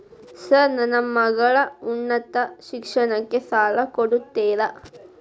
Sir ನನ್ನ ಮಗಳ ಉನ್ನತ ಶಿಕ್ಷಣಕ್ಕೆ ಸಾಲ ಕೊಡುತ್ತೇರಾ?